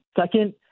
Second